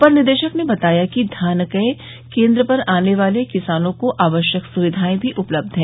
अपर निदेशक ने बताया कि धान क्रय केन्द्र पर आने वाले किसानों को आवश्यक सुविधाएं भी उपलब्ध है